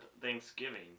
Thanksgiving